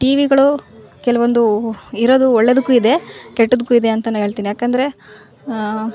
T ವಿಗಳು ಕೆಲವೊಂದು ಇರೋದು ಒಳ್ಳೆದಕ್ಕು ಇದೆ ಕೆಟ್ಟದ್ಕು ಇದೆ ಅಂತ ಹೇಳ್ತಿನಿ ಯಾಕಂದ್ರೆ